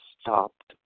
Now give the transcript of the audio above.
stopped